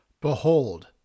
Behold